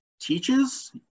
teaches